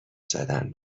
زدن